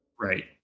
Right